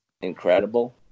incredible